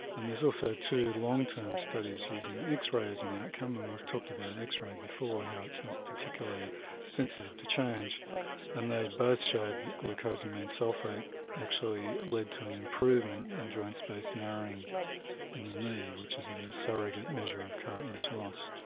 and there are also two long term studies using x-rays and outcome and we've talked about x-ray before, how it's not particularly sensitive to change and they both show that glucosamine sulphate actually led to an improvement in joint space narrowing in the knee which is a surrogate measure of cartilage loss.